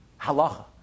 halacha